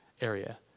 area